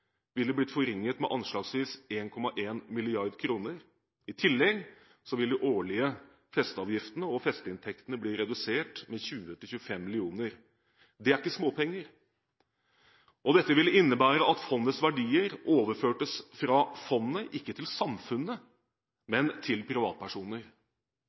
ville blitt forringet med anslagsvis 1,1 mrd. kr. I tillegg ville de årlige festeavgiftene og festeinntektene blitt redusert med 20–25 mill. kr. Det er ikke småpenger. Dette ville innebære at fondets verdier ble overført ikke til samfunnet,